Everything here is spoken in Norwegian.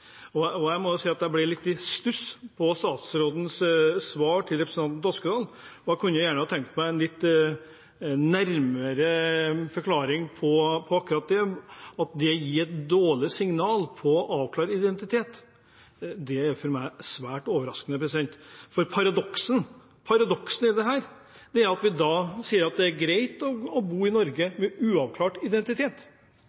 og avklare identitet. Jeg må si at jeg ble litt i stuss over statsrådens svar til representanten Toskedal, og jeg kunne gjerne ha tenkt meg en litt nærmere forklaring på det at det gir et dårlig signal å avklare identitet. Det er for meg svært overraskende, for paradokset i dette er at vi da sier at det er greit å bo i Norge